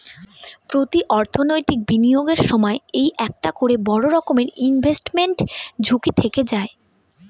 প্রতি অর্থনৈতিক বিনিয়োগের সময় এই একটা করে বড়ো রকমের ইনভেস্টমেন্ট ঝুঁকি থেকে যায়